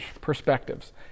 perspectives